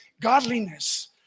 godliness